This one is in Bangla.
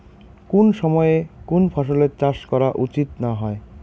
কুন সময়ে কুন ফসলের চাষ করা উচিৎ না হয়?